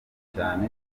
cyane